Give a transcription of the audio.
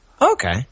okay